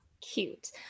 cute